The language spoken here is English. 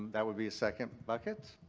that would be a second bucket.